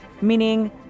meaning